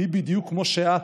תהיי בדיוק כמו שאת,